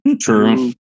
True